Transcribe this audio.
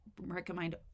recommend